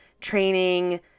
training